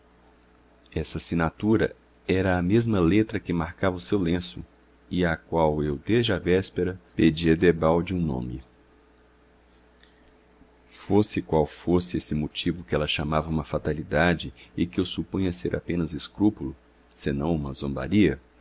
essa assinatura era a mesma letra que marcava o seu lenço e à qual eu desde a véspera pedia debalde um nome fosse qual fosse esse motivo que ela chamava uma fatalidade e que eu supunha ser apenas escrúpulo senão uma zombaria